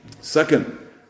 Second